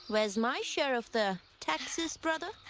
where is my share of the taxes, brother?